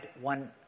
one